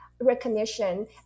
recognition